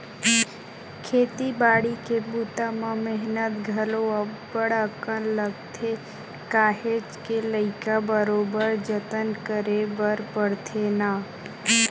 खेती बाड़ी के बूता म मेहनत घलोक अब्ब्ड़ अकन लगथे काहेच के लइका बरोबर जतन करे बर परथे ना